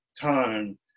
time